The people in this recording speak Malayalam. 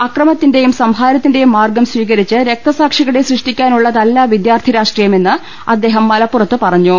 അക്രമത്തിന്റെയും സംഹാരത്തിന്റെയും മാർഗം സ്വീകരിച്ച് രക്ത സാക്ഷികളെ സൃഷ്ടിക്കാനുളളതല്ല വിദ്യാർത്ഥി രാഷ്ട്രീയമെന്ന് അദ്ദേഹം മലപ്പുറത്ത് പറഞ്ഞു